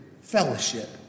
fellowship